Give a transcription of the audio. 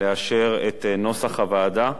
לאשר את נוסח הוועדה